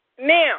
Now